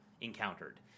encountered